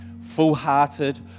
full-hearted